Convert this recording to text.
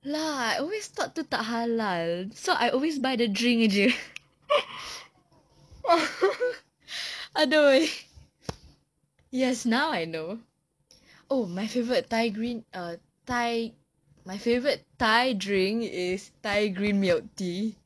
lah I always thought itu tak halal so I always buy the drink sahaja !aduh! yes now I know oh my favourite thai green err thai my favourite thai drink is thai green milk tea